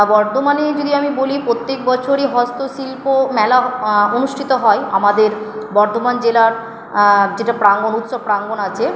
বর্ধমানে যদি আমি বলি প্রত্যেক বছরই হস্তশিল্প মেলা অনুষ্ঠিত হয় আমাদের বর্ধমান জেলার যেটা প্রাঙ্গন উৎসব প্রাঙ্গন আছে